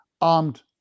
armed